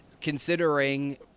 considering